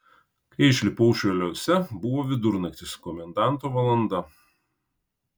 kai išlipau šiauliuose buvo vidurnaktis komendanto valanda